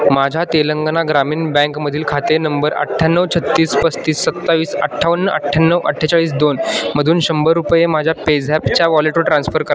माझ्या तेलंगणा ग्रामीण बँकमधील खाते नंबर अठ्याण्णव छत्तीस पस्तीस सत्तावीस अठ्ठावन्न अठ्याण्णव अठ्ठेचाळीस दोन मधून शंभर रुपये माझ्या पेझॅपच्या वॉलेटवर ट्रान्स्फर करा